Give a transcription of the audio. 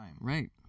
Right